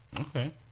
Okay